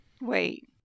Wait